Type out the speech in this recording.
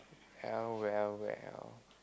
well well well